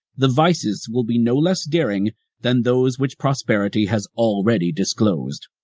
the vices will be no less daring than those which prosperity has already disclosed.